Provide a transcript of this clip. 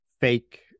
fake